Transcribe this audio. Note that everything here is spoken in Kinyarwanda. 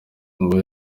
ngo